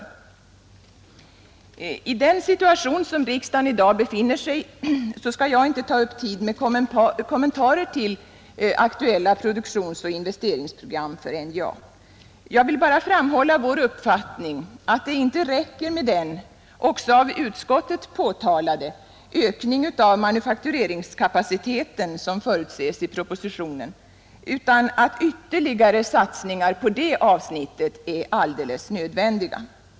I den situation som riksdagen i dag befinner sig, skall jag inte ta upp tid med kommentarer till aktuella produktionsoch investeringsprogram för NJA. Jag vill endast framhålla vår uppfattning att det inte räcker med den — också av utskottet påtalade — ökning av manufaktureringskapaciteten som förutsätts i propositionen utan att ytterligare satsningar på det avsnittet är alldeles nödvändiga.